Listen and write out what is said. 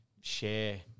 share